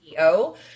CEO